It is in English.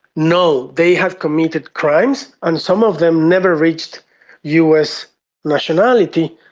no. they have committed crimes and some of them never reached us nationality,